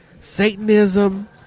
Satanism